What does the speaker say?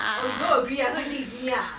oh you don't agree ah so you think is me ah